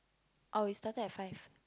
oh we started at five